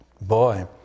boy